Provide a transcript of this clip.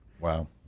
Wow